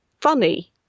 funny